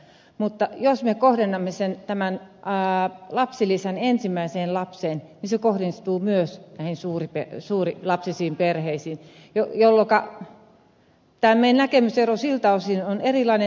mutta jos me kohdennamme lapsilisän ensimmäiseen lapseen niin se kohdistuu myös näihin monilapsisiin perheisiin jolloinka tämä meidän näkemyseromme siltä osin on erilainen